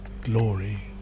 glory